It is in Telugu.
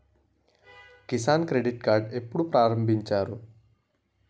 కిసాన్ క్రెడిట్ కార్డ్ ఎప్పుడు ప్రారంభించారు?